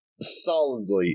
solidly